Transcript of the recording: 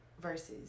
verses